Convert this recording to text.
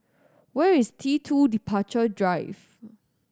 where is T Two Departure Drive